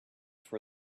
for